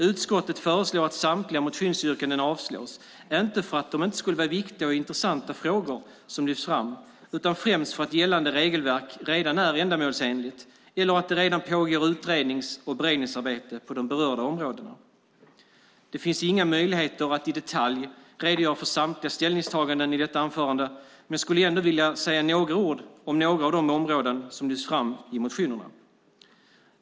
Utskottet föreslår att samtliga motionsyrkanden avslås, inte för att det inte skulle vara viktiga och intressanta frågor som lyfts fram, utan främst för att gällande regelverk redan är ändamålsenligt eller att det redan pågår utrednings och beredningsarbete på de berörda områdena. Det finns inga möjligheter att i detalj redogöra för samtliga ställningstaganden i detta anförande, men jag skulle ändå vilja säga några ord om några av de områden som lyfts fram i motionerna.